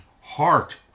heart